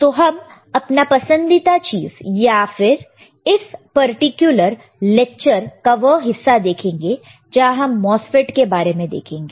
तो हम अपना पसंदीदा चीज या फिर इस पर्टिकुलर लेक्चर का वह हिस्सा देखेंगे जहां हम MOSFET के बारे में देखेंगे